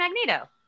Magneto